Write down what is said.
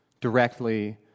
directly